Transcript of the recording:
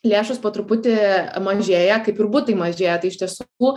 lėšos po truputį mažėja kaip ir butai mažėja tai iš tiesų